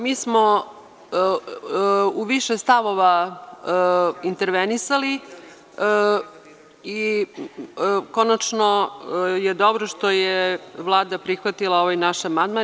Mi smo u više stavova intervenisali i konačno je dobro što je Vlada prihvatila ovaj naš amandman.